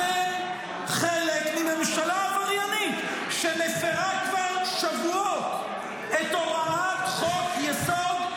אתם חלק מממשלה עבריינית שמפירה כבר שבועות את הוראת חוק-יסוד: